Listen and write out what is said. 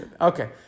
Okay